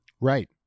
Right